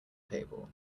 table